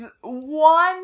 one